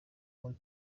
muri